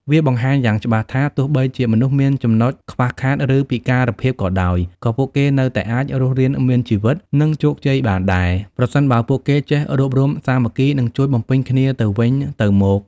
វាបង្ហាញយ៉ាងច្បាស់ថា ទោះបីជាមនុស្សមានចំណុចខ្វះខាត ឬពិការភាពក៏ដោយ ក៏ពួកគេនៅតែអាចរស់រានមានជីវិត និងជោគជ័យបានដែរ ប្រសិនបើពួកគេចេះរួបរួមសាមគ្គី និងជួយបំពេញគ្នាទៅវិញទៅមក។ ។